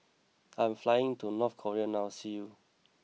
I am flying to North Korea now see you